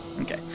Okay